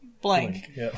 blank